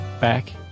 back